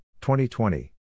2020